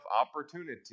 opportunity